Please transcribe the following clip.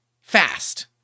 Fast